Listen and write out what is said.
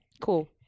cool